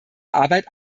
arbeit